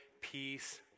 peace